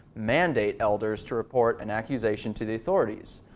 mandate elders to report an accusation to the authorities.